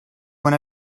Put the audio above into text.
when